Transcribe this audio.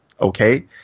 okay